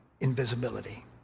invisibility